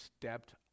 stepped